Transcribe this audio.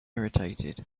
irritated